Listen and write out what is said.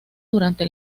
durante